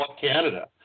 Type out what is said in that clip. Canada